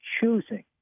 choosing